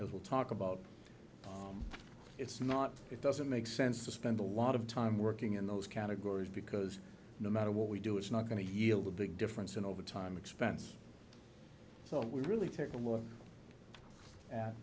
as we talk about it's not it doesn't make sense to spend a lot of time working in those categories because no matter what we do it's not going to yield a big difference in overtime expense so we really take a look at